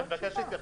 אני מבקש להתייחס.